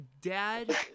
Dad